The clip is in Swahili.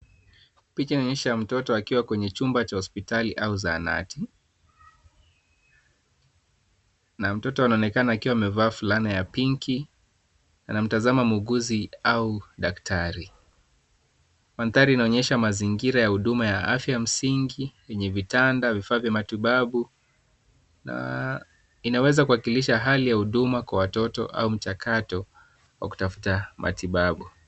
Picha inaonyesha mtoto akiwa kwenye chumba cha hospitali au zahanati na mtoto anaonekana akiwa amevaa fulana ya pinki. Anamtazama muguzi au daktari. Manthari inaonyesha mazingira ya huduma ya afya msingi, yenye vitanda , vifaa vya matibabu, na inaweza kuwakilisha hali ya huduma kwa watoto au mchakato au kutafuta matibabu.